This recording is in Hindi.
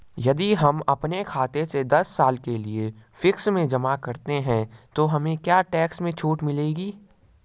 यदि हम अपने खाते से दस साल के लिए फिक्स में जमा करते हैं तो हमें क्या टैक्स में छूट मिलेगी?